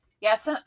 Yes